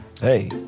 Hey